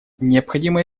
необходимо